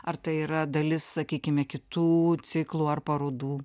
ar tai yra dalis sakykime kitų ciklų ar parodų